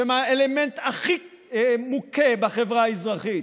שהם האלמנט הכי מוכה בחברה האזרחית,